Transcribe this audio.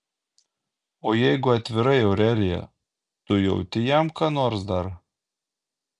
o jeigu atvirai aurelija tu jauti jam ką nors dar